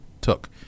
took